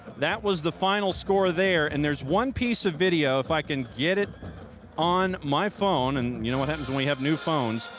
that was the final score there. and there's one piece of video, if i can get it on my phone, and you know what happens when we have new phones,